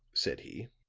said he.